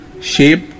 shape